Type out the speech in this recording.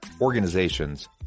organizations